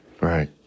Right